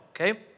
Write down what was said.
Okay